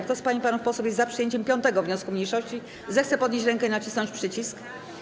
Kto z pań i panów posłów jest za przyjęciem 5. wniosku mniejszości, zechce podnieść rękę i nacisnąć przycisk.